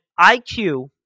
IQ